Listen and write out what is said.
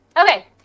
Okay